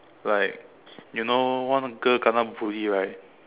like you know one girl kena bully right